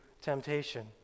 temptation